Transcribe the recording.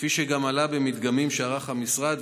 כפי שגם עלה במדגמים שערך המשרד,